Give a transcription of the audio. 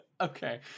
Okay